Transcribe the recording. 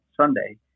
Sunday